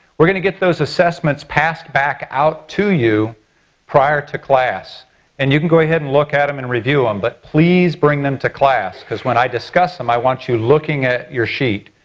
we're going to get those assessments passed back out to you prior to class and you can go ahead and look at them um and review them, but please bring them to class because when i discuss them, i want you looking at your sheet.